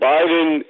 Biden